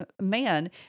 man